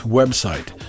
website